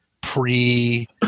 pre